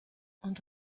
und